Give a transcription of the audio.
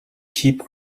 keep